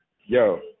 yo